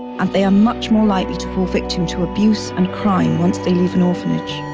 and they are much more likely to fall victim to abuse and crime once they leave an orphanage.